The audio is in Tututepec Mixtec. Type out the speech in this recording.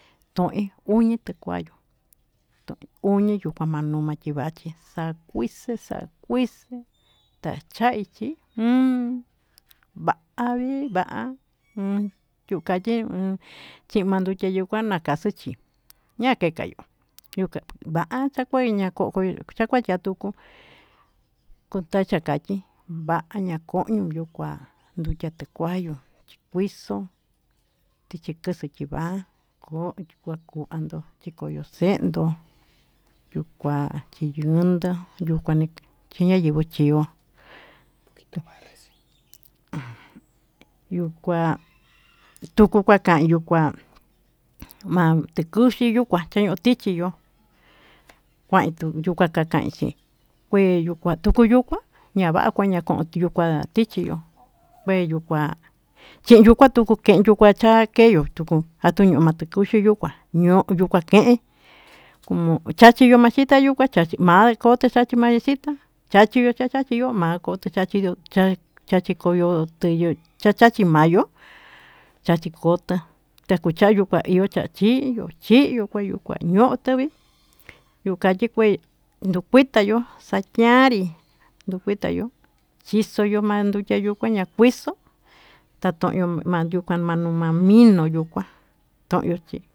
Ton'i uñi t+kuayu ton'i ma uñi yukua ma numa tyivachi sakuise sakuise ta chaichi j++ va'a vi va'a j++ yu'u katyi j++ chi'in ma ndutya yukua nakas+chi ña kekayo va'a chakue ña ko'o koyo chakuatya tuku tari chakatyi va'a ña ko'ñu yukua ndutya t+kuayu kuiso tichi k+s+ tyiva kondo kuvando chi koyo se'ndo yukua chi yendo yukua chi ñay+v+ chio yukua tuku kua ka'i yukua ma t+kuxi yukua chaño'o tichiyo kua'i yukua kuaka'i kue tuku yukua ñava'a kue ña ko'on tichiyo kue yukua chi'in yukua tuku ke'e cha keyo tuku a tu ño'o ma t+kuxi yukua ñoo ke'e como kachiyo ma xita yukua chachi ma kot+ chachit++ xita chachiyo mayo chachikot+ takucha'an io cha'an chiyo chiyo kue yukua ño't+ vi yu'u katyi kue ndukuitayo satyari ndukuitayo chisoyo ma ndutya yukua ña kuiso ta to'yo ma numa mino yukua to'yo chi.